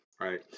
right